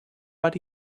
but